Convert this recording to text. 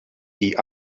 die